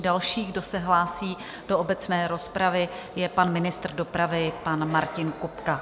Další, kdo se hlásí do obecné rozpravy, je pan ministr dopravy pan Martin Kupka.